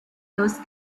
those